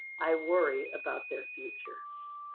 i worry about their future.